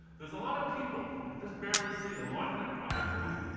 there's a lot of people you can just barely see them walking across the bridge.